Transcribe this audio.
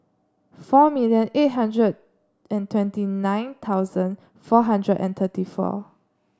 four million eight hundred and twenty nine thousand four hundred and thirty four